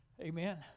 Amen